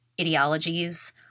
ideologies